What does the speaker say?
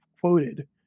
quoted